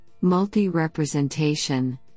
Multi-Representation